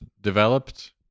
developed